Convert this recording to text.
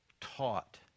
taught